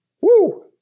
Woo